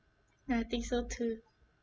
I think so too